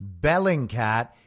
Bellingcat